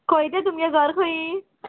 खंय तें तुमगें घर खंय